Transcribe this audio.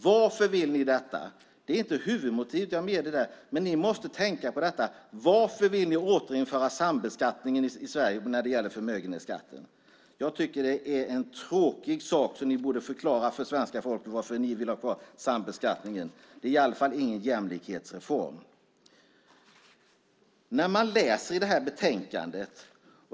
Varför vill ni detta? Varför vill ni återinföra sambeskattningen i Sverige när det gäller förmögenhetsskatten? Jag tycker att ni borde förklara för svenska folket varför ni vill ha kvar sambeskattningen. Det är i alla fall ingen jämlikhetsreform.